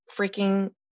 freaking